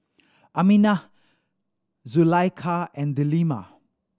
Aminah Zulaikha and Delima